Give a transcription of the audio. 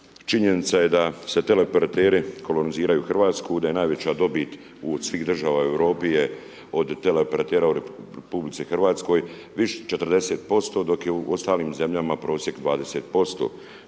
Činjenica je da se tele operateri koloniziraju u RH, da je najveća dobit od svih država u Europi je od tele operatera u RH viša 40%, dok je u ostalim zemljama prosjek 20%,